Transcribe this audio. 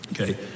Okay